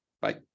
Bye